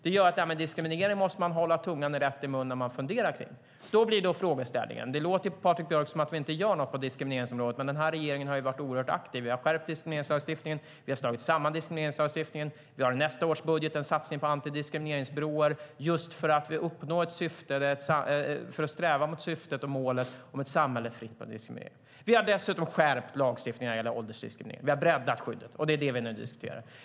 Det gör att man måste hålla tungan rätt i munnen när funderar på det här med diskriminering. Det låter på Patrik Björck som om vi inte gör någonting på diskrimineringsområdet, men den här regeringen har varit oerhört aktiv. Vi har skärpt diskrimineringslagstiftningen. Vi har slagit samman diskrimineringslagstiftningen. I nästa års budget gör vi en satsning på antidiskrimineringsbyråer för att sträva mot målet om ett samhälle fritt från diskriminering. Vi har dessutom skärpt lagstiftningen när det gäller åldersdiskriminering. Vi har breddat skyddet, och det är det vi nu diskuterar.